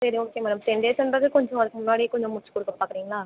சரி okay madam ten டேஸுன்றது கொஞ்சம் அதுக்கு முன்னாடியே கொஞ்சம் முடித்து கொடுக்க பார்க்குறீங்களா